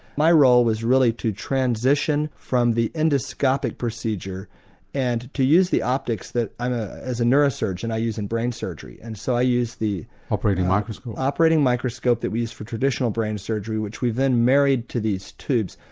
my role was really to transition from the endoscopic procedure and to use the optics that as a neurosurgeon i use in brain surgery. and so i used the operating microscope operating microscope that we use for traditional brain surgery which we then married to these tubes.